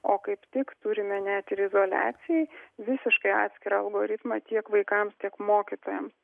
o kaip tik turime net ir izoliacijai visiškai atskirą algoritmą tiek vaikams tiek mokytojams